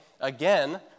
again